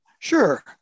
Sure